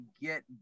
get